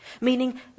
Meaning